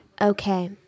Okay